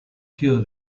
cure